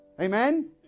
Amen